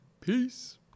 peace